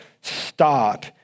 stop